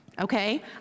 okay